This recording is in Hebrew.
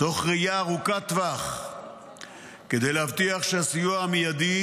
תוך ראייה ארוכת טווח כדי להבטיח שהסיוע המיידי